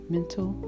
Mental